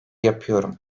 yapıyorum